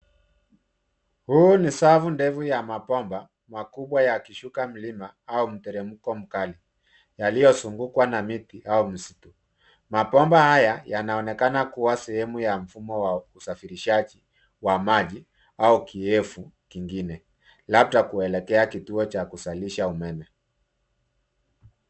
Huu ni safu ndefu ya mabomba, makubwa yakishuka mlima, au mteremko mkali, yaliozungukwa na miti, au msitu. Mabomba haya, yanaonekana kuwa sehemu ya mfumo ya usafirishaji, wa maji, au kioevu kingine, labda kuelekea kituo cha kizalisha umeme.